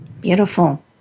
Beautiful